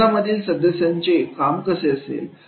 संघामधील सदस्यांचे काम कसे असेल